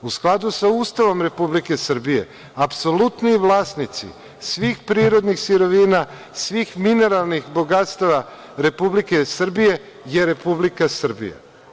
U skladu sa Ustavom Republike Srbije apsolutni vlasnik svih prirodnih sirovina, svih mineralnih bogatstava Republike Srbije je Republika Srbija.